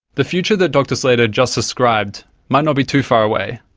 the future that dr slater just described might not be too far away.